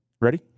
ready